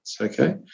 okay